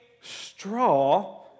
straw